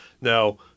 Now